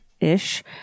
ish